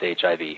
HIV